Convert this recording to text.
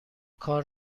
کار